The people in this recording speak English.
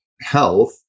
health